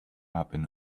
happen